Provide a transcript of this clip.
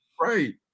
Right